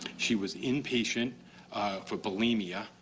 she was inpatient for bulimia.